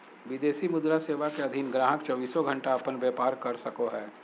विदेशी मुद्रा सेवा के अधीन गाहक़ चौबीसों घण्टा अपन व्यापार कर सको हय